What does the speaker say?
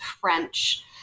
French